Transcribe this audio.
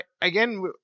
again